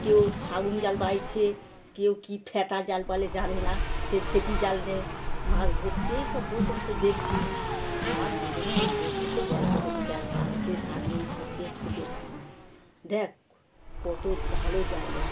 কেউ শাগুন জাল বাইছে কেউ কি ফ্যাটা জাল বলে জানি না সে ফেটি জাল নিয়ে মাছ ধরছে এইসব বসে বসে দেখছি আর দুজনে ওমনি বসে বসে গল্প করছি দেখ বাড়িতে থাকলে এইসব দেখতে পেতাম না দেখ কত ভালো জায়গা